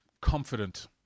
confident